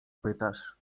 pytasz